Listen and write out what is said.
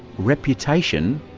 reputation,